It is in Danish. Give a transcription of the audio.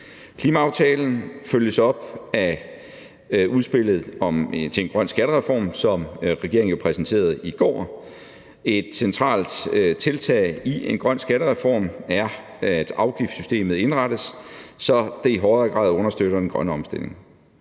Klimaaftalen følges op af udspillet til en grøn skattereform, som regeringen jo præsenterede i går. Et centralt tiltag i en grøn skattereform er, at afgiftssystemet indrettes, så det i højere grad understøtter den grønne omstilling.